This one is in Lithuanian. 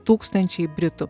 tūkstančiai britų